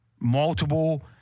Multiple